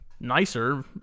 nicer